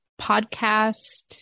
podcast